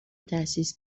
تأسیس